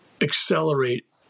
accelerate